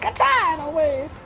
ah time away